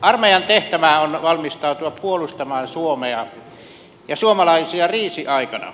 armeijan tehtävä on valmistautua puolustamaan suomea ja suomalaisia kriisiaikana